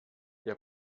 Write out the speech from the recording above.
der